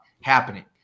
happening